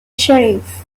sheriff